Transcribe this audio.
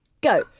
Go